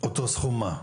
אותו סכום מה?